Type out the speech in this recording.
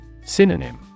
Synonym